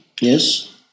yes